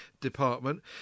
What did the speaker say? department